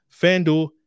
FanDuel